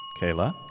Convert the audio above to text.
Kayla